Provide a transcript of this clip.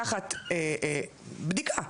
תחת בדיקה,